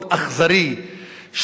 מאוד אכזרי,